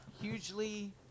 hugely